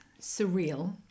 surreal